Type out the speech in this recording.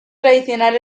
tradicional